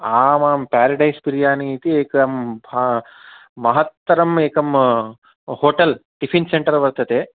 आमाम् पेरेडैस् बिरियानी इति एकं महत्तरम् एकं होटेल् टिफ़िन् सेण्टर् वर्तते